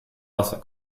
wasser